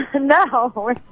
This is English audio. No